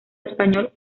español